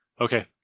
Okay